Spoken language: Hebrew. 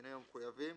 בשינויים המחויבים,